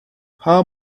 how